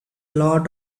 lot